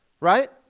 Right